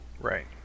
right